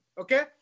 okay